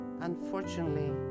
unfortunately